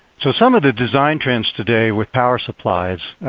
so some of the design trends today with power supplies,